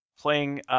playing